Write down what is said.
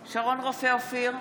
בעד שרון רופא אופיר,